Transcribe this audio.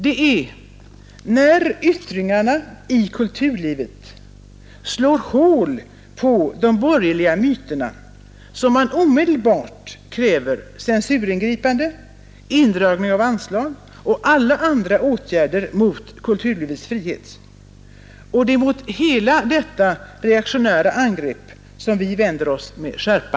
Det är när yttringarna i kulturlivet slår hål på de borgerliga myterna som man omedelbart kräver censuringripande, indragning av anslag och alla andra åtgärder mot kulturlivets frihet. Det är mot hela detta reaktionära angrepp vi vänder oss med skärpa.